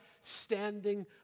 standing